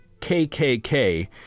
KKK